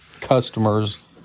customers